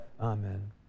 Amen